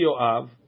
Yoav